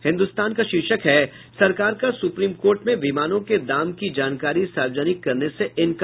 हिन्दुस्तान का शीर्षक है सरकार का सुप्रीम कोर्ट में विमानों के दाम की जानकारी सार्वजनिक करने से इंकार